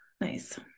nice